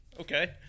Okay